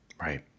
Right